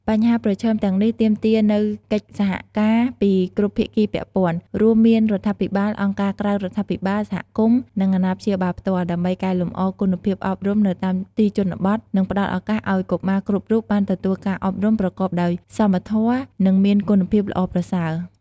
បញ្ហាប្រឈមទាំងនេះទាមទារនូវកិច្ចសហការពីគ្រប់ភាគីពាក់ព័ន្ធ រួមមានរដ្ឋាភិបាល អង្គការក្រៅរដ្ឋាភិបាល សហគមន៍ និងអាណាព្យាបាលផ្ទាល់ ដើម្បីកែលម្អគុណភាពអប់រំនៅតាមទីជនបទ និងផ្តល់ឱកាសឲ្យកុមារគ្រប់រូបបានទទួលការអប់រំប្រកបដោយសមធម៌ និងមានគុណភាពល្អប្រសើរ។